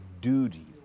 duty